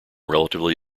relatively